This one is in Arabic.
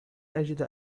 أجد